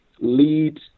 lead